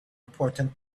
important